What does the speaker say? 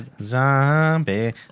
Zombie